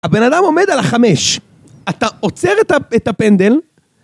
הבן אדם עומד על החמש, אתה עוצר את הפנדל